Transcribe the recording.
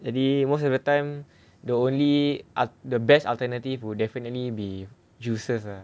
jadi most of the time the only ah the best alternative would definitely be juices ah